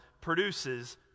produces